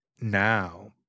now